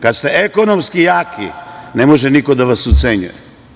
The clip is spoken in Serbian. Kad ste ekonomski jaki, ne može niko da vas ucenjuje.